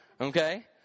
Okay